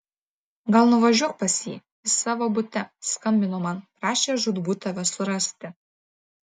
gal nuvažiuok pas jį jis savo bute skambino man prašė žūtbūt tave surasti